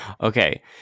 Okay